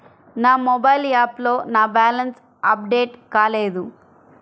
నా మొబైల్ యాప్లో నా బ్యాలెన్స్ అప్డేట్ కాలేదు